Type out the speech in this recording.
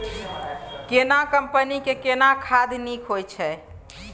केना कंपनी के केना खाद नीक होय छै?